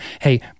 Hey